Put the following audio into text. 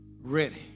ready